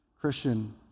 Christian